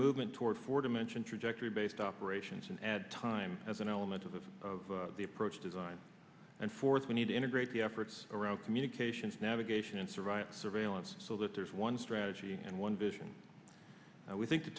movement toward for dimension trajectory based operations and add time as an element of the approach design and force we need to integrate the efforts around communications navigation and surveillance surveillance so that there's one strategy and one vision we think the